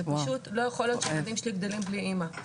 זה פשוט לא יכול להמשיך שהילדים שלי גדלים בלי אימא,